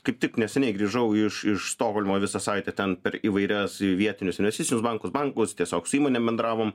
kaip tik neseniai grįžau iš iš stokholmo visą savaitę ten per įvairias vietinius investicinius bankus bankus tiesiog su įmonėm bendravom